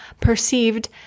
perceived